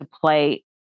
play